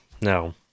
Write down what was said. no